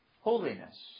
holiness